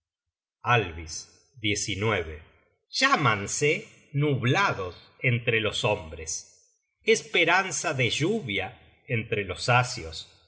granizo alvis llámanse nublados entre los hombres esperanza de lluvia entre los asios